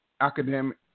academic